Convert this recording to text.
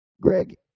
Greg